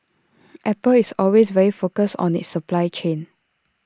apple is always very focused on its supply chain